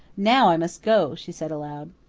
now i must go, she said aloud.